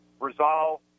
resolve